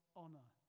honor